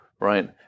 right